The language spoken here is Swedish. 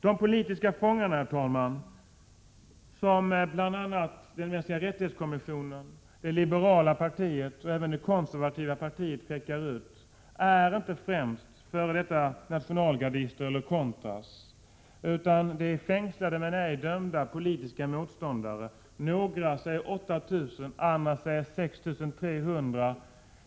De politiska fångarna, som bl.a. kommissionen för mänskliga rättigheter, det liberala partiet och även det konservativa partiet pekar ut, är inte främst före detta nationalgardister eller contras, utan det är fängslade men ej dömda politiska motståndare. Några säger att det är 8 000, medan andra säger 6 300.